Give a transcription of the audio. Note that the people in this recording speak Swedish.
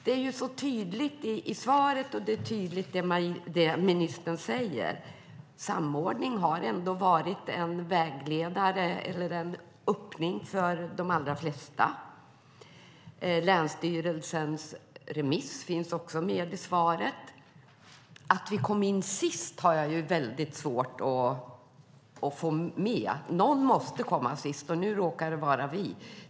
Det är ju tydligt i svaret och i det ministern säger. Samordning har ändå varit en vägledare eller en öppning för de allra flesta. Länsstyrelsens remiss finns också med i svaret. Att vi kom in sist har jag väldigt svårt att få med - någon måste ju komma sist, och nu råkar det vara vi.